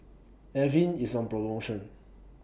Avene IS on promotion